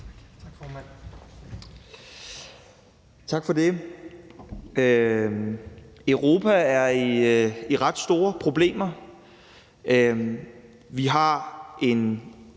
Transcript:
Tak for det. Europa er i ret store problemer. Vi har en